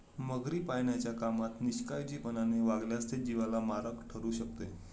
मगरी पाळण्याच्या कामात निष्काळजीपणाने वागल्यास ते जीवाला मारक ठरू शकते